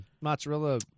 mozzarella